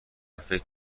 فکر